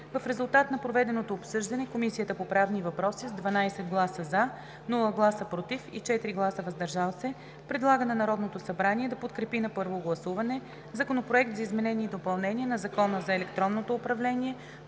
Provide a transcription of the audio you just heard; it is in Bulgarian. В резултат на проведеното обсъждане Комисията по правни въпроси с 12 гласа „за“, без гласове „против“ и 4 гласа „въздържал се“ предлага на Народното събрание да подкрепи на първо гласуване Законопроект за изменение и допълнение на Закона за електронното управление,